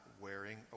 wearing